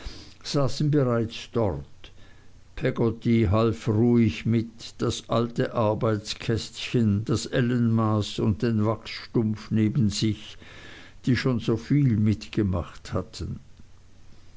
saßen bereits dort peggotty half ruhig mit das alte arbeitskästchen das ellenmaß und den wachsstumpf neben sich die schon soviel mitgemacht hatten